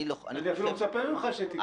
אני אפילו מצפה ממך שתתמוך.